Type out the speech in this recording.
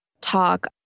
talk